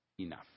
Enough